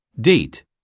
Date